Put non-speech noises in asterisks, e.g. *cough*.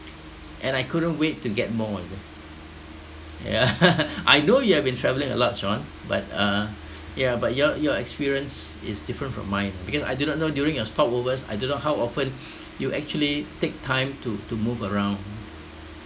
and I couldn't wait to get more ya yeah *laughs* I know you have been travelling a lot sean but uh yeah but your your experience is different from mine because I do not know during your stopovers I do not know how often you actually take time to to move around